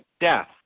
death